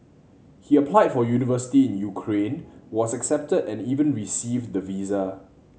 he applied for university in Ukraine was accepted and even received the visa